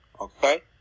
Okay